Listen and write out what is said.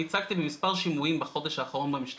אני הצגתי במספר שימועים בחודש האחרון במשטרה.